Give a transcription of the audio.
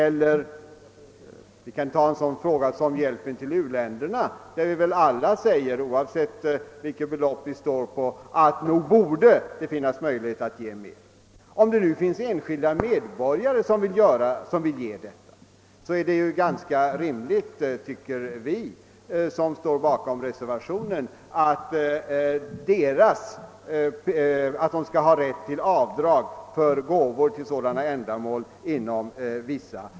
Låt mig nämna en sådan fråga som hjälpen till u-länderna, beträffande vilken vi väl alla — oavsett vilket belopp vi anser skall satsas — tycker att det borde finnas möjligheter att ge mer. Om nu enskilda medborgare vill ge bidrag är det ganska rimligt, tycker vi som står bakom reservationen, att de skall ha rätt att inom vissa gränser göra avdrag för gåvor till sådana ändamål.